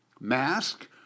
mask